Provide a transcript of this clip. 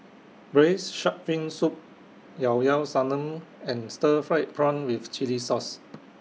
Braised Shark Fin Soup Llao Llao Sanum and Stir Fried Prawn with Chili Sauce